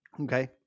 Okay